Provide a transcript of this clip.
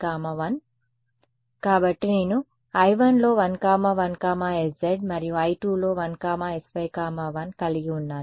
కాబట్టి నేను I1 లో 11sz మరియు I2 లో 1sy1 కలిగి ఉన్నాను